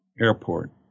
airport